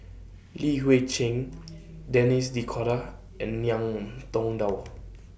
Li Hui Cheng Denis D'Cotta and Ngiam Tong Dow